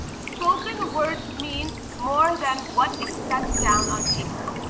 spoken words mean more than what is set down on paper.